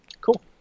Cool